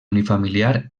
unifamiliar